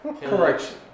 Correction